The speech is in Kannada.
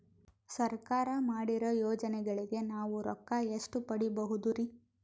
ಸರ್ಕಾರ ಮಾಡಿರೋ ಯೋಜನೆಗಳಿಗೆ ನಾವು ರೊಕ್ಕ ಎಷ್ಟು ಪಡೀಬಹುದುರಿ?